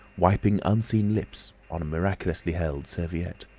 wiping unseen lips on a miraculously held serviette.